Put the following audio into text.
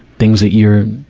things that you're,